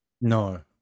No